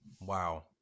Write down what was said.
wow